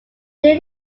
near